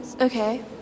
okay